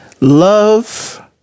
love